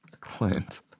Clint